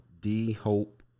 D-Hope